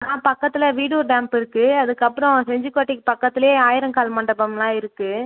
ஆ பக்கத்தில் வீடூர் டேம் இருக்குது அதுக்கப்புறம் செஞ்சிக்கோட்டைக்கு பக்கத்திலேயே ஆயிரங்கால் மண்டபமெலாம் இருக்குது